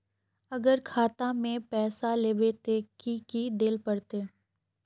अगर खाता में पैसा लेबे ते की की देल पड़ते?